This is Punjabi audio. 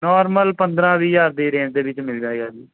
ਨੋਰਮਲ ਪੰਦਰਾਂ ਵੀਹ ਹਜ਼ਾਰ ਦੀ ਰੇਂਜ਼ ਦੇ ਵਿੱਚ ਮਿਲ ਜਾਏਗਾ ਜੀ